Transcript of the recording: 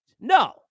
No